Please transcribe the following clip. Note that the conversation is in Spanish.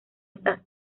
estas